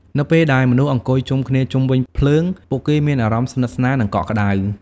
នៅពេលដែលមនុស្សអង្គុយជុំគ្នាជុំវិញភ្លើង ពួកគេមានអារម្មណ៍ស្និទ្ធស្នាល និងកក់ក្ដៅ។